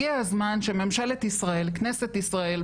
הגיע הזמן שממשלת ישראל, כנסת ישראל,